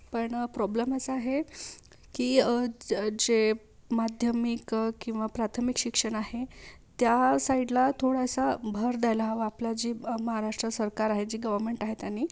पण प्रॉब्लेम असा आहे की जे माध्यमिक किंवा प्राथमिक शिक्षण आहे त्या साइडला थोडासा भर द्यायला हवा आपला जे महाराष्ट्र सरकार आहे जी गव्हर्मेंट आहे त्यांनी